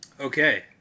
Okay